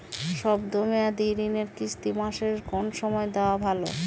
শব্দ মেয়াদি ঋণের কিস্তি মাসের কোন সময় দেওয়া ভালো?